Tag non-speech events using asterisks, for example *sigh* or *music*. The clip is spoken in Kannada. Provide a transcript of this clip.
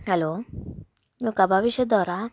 ಹಲೋ ನೀವು ಕಬಾಬ್ *unintelligible*